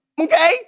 Okay